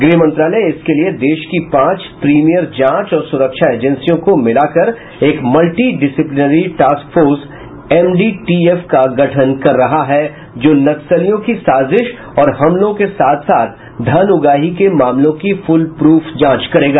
गृह मंत्रालय इसके लिये देश की पांच प्रीमियर जांच और सुरक्षा एजेंसियों को मिलाकर एक multi disciplinary task force MDTF का गठन कर रही है जो नक्सलियों की साजिश और हमलों के साथ साथ धन उगाही के मामलों की फुलप्रफ जांच करेगा